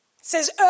says